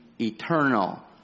eternal